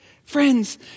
Friends